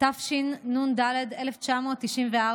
תשנ"ד 1994,